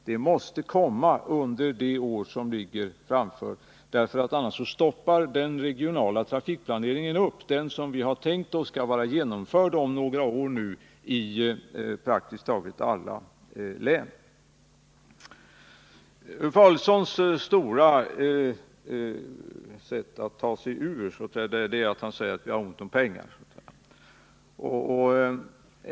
De måste komma under det år som ligger framför oss, för annars stoppar den regionala trafiksamordningen upp — den som vi har tänkt oss skall vara genomförd om några år i praktiskt taget alla län. Ulf Adelsohns stående sätt att ta sig ur kritiken är att han säger att vi har ont om pengar.